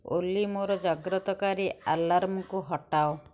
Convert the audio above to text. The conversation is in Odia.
ଓଲି ମୋର ଜାଗ୍ରତକାରୀ ଆଲାର୍ମକୁ ହଟାଅ